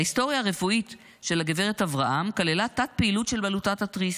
ההיסטוריה הרפואית של הגברת אברהם כללה תת-פעילות של בלוטת התריס,